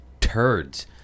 turds